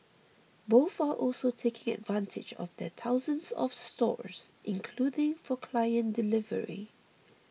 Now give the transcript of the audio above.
both are also taking advantage of their thousands of stores including for client delivery